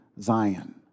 Zion